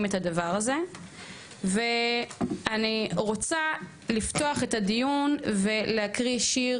את הדבר הזה ואני רוצה לפתוח את הדיון ולהקריא שיר